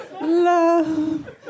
love